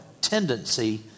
tendency